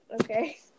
okay